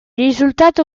risultato